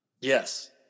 Yes